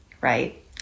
right